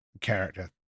character